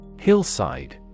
Hillside